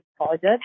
project